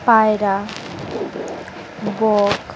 পায়রা বক